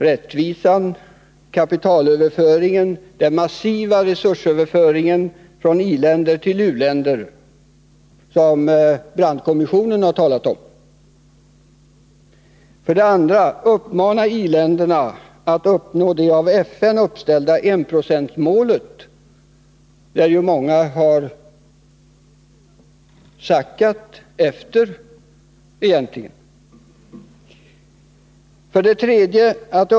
Rättvisa, kapitalöverföring, massiv resursöverföring från i-länder till u-länder. Det senare talas det om i bl.a. Brandtkommissionen. 2. Uppmana i-länderna att uppnå det av FN uppställda enprocentsmålet. Många länder har ju sackat efter i det avseendet. 3.